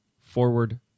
forward